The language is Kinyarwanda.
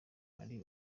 ari